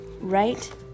right